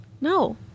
No